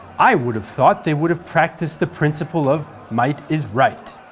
i would have thought they would have practiced the principle of might is right